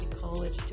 college